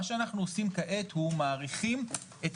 מה שאנחנו עושים כעת הוא מאריכים את